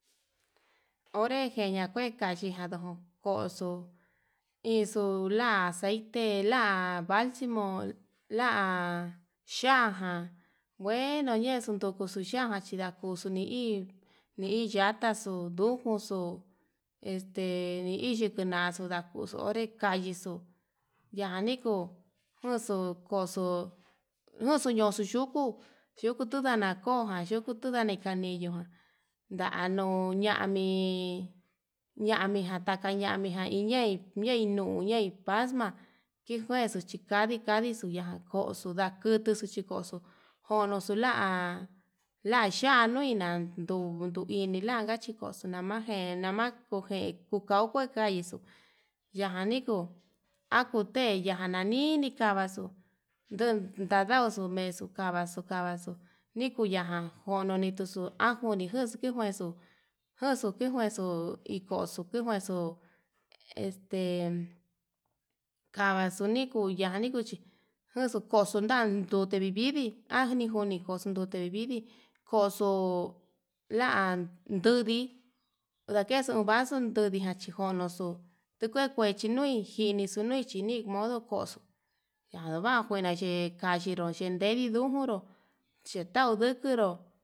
Onre jeña kue kachiñanado koxo ixula xa'i, tela valximo la xhajan ngueno yandutuku xuu tu xhajan nakoxo ni hí niyataxu nduu juxuu este ni ixhi kunaxunakuru onrexu ixuu yani kuu, juxu koxo nuxuu ñoxu yuku, yukuu tundana koján yukuu tuu ndani kaneyo ndano ñamii, ñamijan taka ñamii jainñai naiin ñuu ñai hi paxma chikuexo chikadika kayixu ndakoxo nda'a, kutuu chikoxo jono tula la xhua nina ha ndun ndunku inilanka chikoxo namajen je nama kuje kuka ndau kue kaixu, yajan ni kuu akute yaja nani nikavaxuu nduu ndadauxu mexuu, kavaxu kavaxu nikuya ján jonituxu ajonikuxu njuexo juxuu kejuexo, ndoixo ke njuexo este kavaxu niyani kuxi kexo koxo ndandute vividii ajune koxuu vividi koxo la ludii, ndakexu uun vaxuu najudi chí jonoxu tukue kuechi nui jinixu nui chinin modo koxo'o yakova njuene xhe kadiyo xhendedi ndujuru xhentau ndijero.